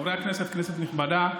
חברי הכנסת, כנסת נכבדה,